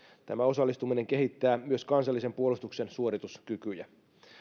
tämä osallistuminen kehittää myös kansallisen puolustuksen suorituskykyjä